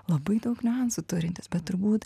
labai daug niuansų turintis bet turbūt